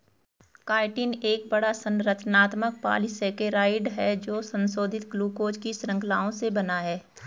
chitin एक बड़ा, संरचनात्मक पॉलीसेकेराइड है जो संशोधित ग्लूकोज की श्रृंखलाओं से बना है